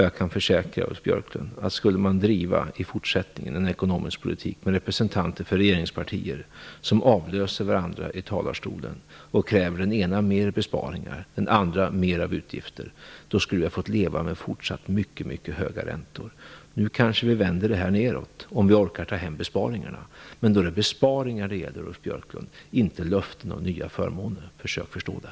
Jag kan försäkra Ulf Björklund, att om vi i fortsättningen skulle driva en ekonomisk politik där olika representanter för regeringspartier avlöser varandra i talarstolen och kräver dels besparingar, dels mera utgifter, skulle vi få fortsätta att leva med mycket höga räntor. Nu kanske vi vänder räntorna nedåt, om vi orkar göra besparingarna. Det är alltså besparingar som gäller, Ulf Björklund, inte löften om nya förmåner. Försök att förstå det!